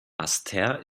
basseterre